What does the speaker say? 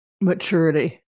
maturity